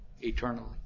eternally